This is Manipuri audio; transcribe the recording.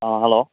ꯑꯥ ꯍꯜꯂꯣ